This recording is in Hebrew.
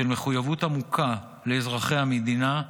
של מחויבות עמוקה לאזרחי המדינה,